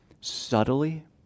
subtly